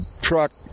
truck